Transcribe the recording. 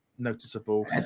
noticeable